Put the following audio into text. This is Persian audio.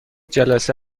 جلسه